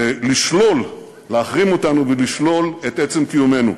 לשלול, להחרים אותנו ולשלול את עצם קיומנו.